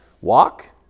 Walk